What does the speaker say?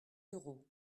d’euros